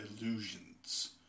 Illusions